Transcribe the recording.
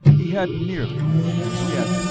he hadn't nearly, as yet,